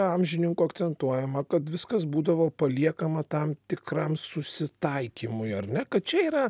amžininkų akcentuojama kad viskas būdavo paliekama tam tikram susitaikymui ar ne kad čia yra